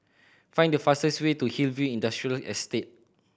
find the fastest way to Hillview Industrial Estate